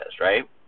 right